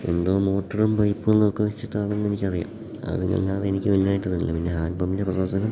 എന്തോ മോട്ടറും പൈപ്പുമെന്നൊക്കെ വെച്ചിട്ടാണെന്ന് എനിക്കറിയാം അതല്ലാതെ എനിക്ക് വലുതായിട്ട് അറിയില്ല പിന്നെ ഹാൻഡ് പമ്പിൻ്റെ പ്രവർത്തനം